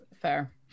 Fair